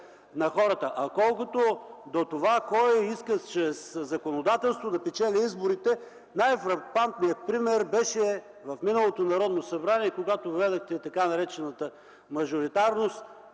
на хората. Колкото до това кой иска чрез законодателство да печели изборите, най-фрапантният пример в миналото Народно събрание беше, когато гледахте тъй наречената мажоритарност.